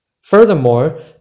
Furthermore